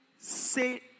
Say